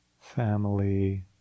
family